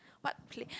what place